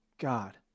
God